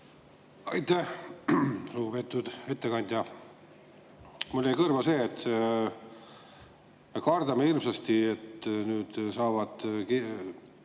Aitäh! Lugupeetud ettekandja! Mulle jäi kõrva see, et me kardame hirmsasti, et nüüd saavad